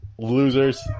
Losers